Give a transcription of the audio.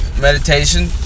meditation